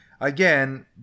again